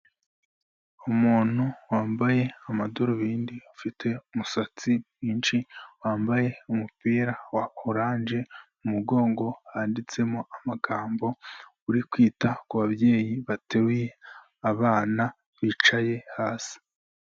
Umuntu wambaye amadarubindi ufite umusatsi mwinshi, wambaye umupira wa orange umugongo wanditsemo amagambo uri kwita kubabyeyi bateruye abana bicaye hasi.